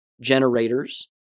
generators